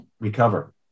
recover